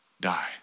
die